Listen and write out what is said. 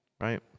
right